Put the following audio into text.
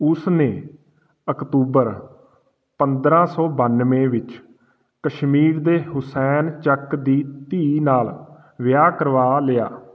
ਉਸ ਨੇ ਅਕਤੂਬਰ ਪੰਦਰਾਂ ਸੌ ਬੱਨਵੇ ਵਿੱਚ ਕਸ਼ਮੀਰ ਦੇ ਹੁਸੈਨ ਚੱਕ ਦੀ ਧੀ ਨਾਲ ਵਿਆਹ ਕਰਵਾ ਲਿਆ